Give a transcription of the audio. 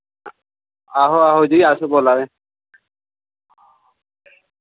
आहो आहो जी अस बोल्ला ने